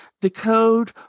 decode